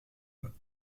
vingts